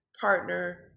partner